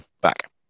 back